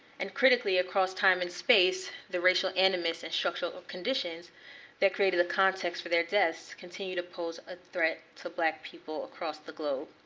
and critically, across time and space, the racial animus and structural conditions that created the context for their deaths continue to pose a threat to black people across the globe.